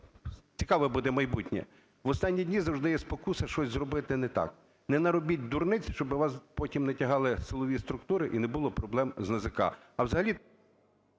цікаве буде майбутнє. В останні дні завжди є спокуса щось зробити не так. Не наробіть дурниць, щоб вас потім не тягали силові структури і не було проблем з НАЗК. А взагалі...